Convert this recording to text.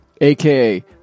aka